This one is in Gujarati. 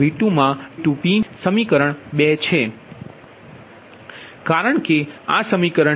સમીકરણ કારણ કે આ સમીકરણથી આ J4 મા આ વસ્તુ છે